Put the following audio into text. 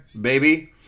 baby